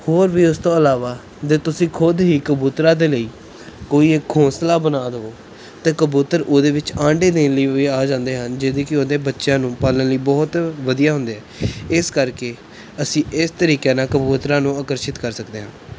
ਹੋਰ ਵੀ ਉਸ ਤੋਂ ਇਲਾਵਾ ਜੇ ਤੁਸੀਂ ਖੁਦ ਹੀ ਕਬੂਤਰਾਂ ਦੇ ਲਈ ਕੋਈ ਇੱਕ ਗੌਂਸਲਾ ਬਣਾ ਦਵੋ ਅਤੇ ਕਬੂਤਰ ਉਹਦੇ ਵਿੱਚ ਆਂਡੇ ਦੇਣ ਲਈ ਵੀ ਆ ਜਾਂਦੇ ਹਨ ਜਿਹਦੀ ਕਿ ਉਹਦੇ ਬੱਚਿਆਂ ਨੂੰ ਪਾਲਣ ਲਈ ਬਹੁਤ ਵਧੀਆ ਹੁੰਦੇ ਆ ਇਸ ਕਰਕੇ ਅਸੀਂ ਇਸ ਤਰੀਕੇ ਨਾਲ ਕਬੂਤਰਾਂ ਨੂੰ ਆਕਰਸ਼ਿਤ ਕਰ ਸਕਦੇ ਹਾਂ